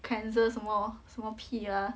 cleanser 什么什么屁啦